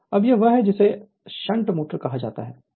Refer Slide Time 1152 अब यह वह है जिसे शंट मोटर कहा जाता है